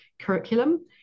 Curriculum